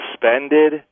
suspended